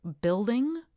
building